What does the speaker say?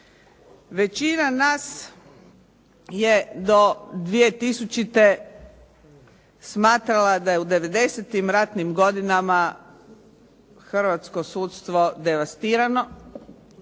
Većina nas je do 2000. smatrala da je u '90.-tih ratnim godinama hrvatsko sudstvo devastirano,